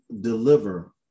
deliver